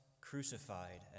crucified